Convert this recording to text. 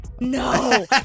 No